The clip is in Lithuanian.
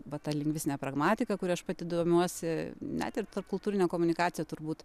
va ta lingvistinė pragmatika kuria aš pati domiuosi net ir tarpkultūrinė komunikacija turbūt